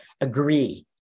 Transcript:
agree